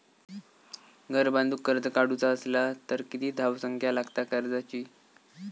घर बांधूक कर्ज काढूचा असला तर किती धावसंख्या लागता कर्जाची?